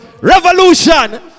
Revolution